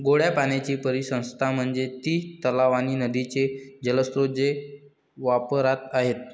गोड्या पाण्याची परिसंस्था म्हणजे ती तलाव आणि नदीचे जलस्रोत जे वापरात आहेत